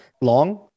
long